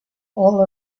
all